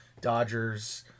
Dodgers